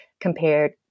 compared